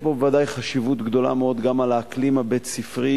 יש בו ודאי חשיבות גדולה מאוד גם לאקלים הבית-ספרי